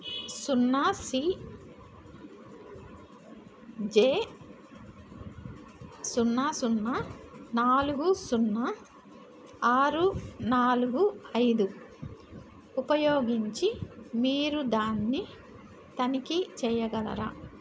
సున్నా C J సున్నా సున్నా నాలుగు సున్నా ఆరు నాలుగు ఐదు ఉపయోగించి మీరు దాన్ని తనిఖీ చేయగలరా